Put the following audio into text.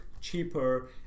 cheaper